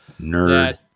Nerd